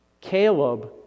Caleb